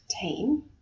team